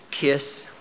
kiss